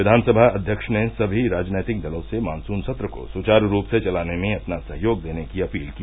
विघानसभा अध्यक्ष ने सभी राजनैतिक दलों से मानसून सत्र को सुचारू रूप से चलाने में अपना सहयोग देने की अपील की